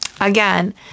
Again